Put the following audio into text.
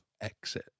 exit